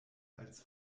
als